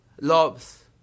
loves